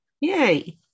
Yay